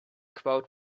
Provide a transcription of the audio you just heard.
crowd